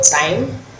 time